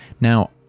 now